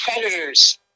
predators